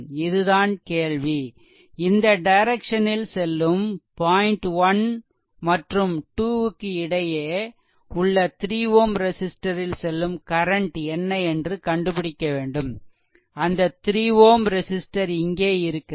இது தான் கேள்வி இந்த டைரெக்சனில் செல்லும் பாய்ன்ட் 1 மற்றும் 2 க்கிடையே உள்ள 3 Ω ரெசிஸ்ட்டரில் செல்லும் கரண்ட் என்ன என்று கண்டுபிடிக்க வேண்டும் அந்த 3 Ω ரெசிஸ்ட்டர் இங்கே இருக்கிறது